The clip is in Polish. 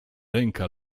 ręka